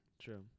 True